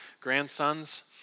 grandsons